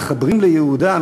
מתחברים לייעודם,